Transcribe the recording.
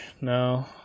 No